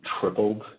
tripled